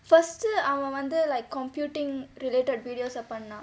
first டு அவன் வந்து:tu avan vanthu like computing related videos ah பண்ணான்:pannaan